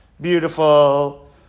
Beautiful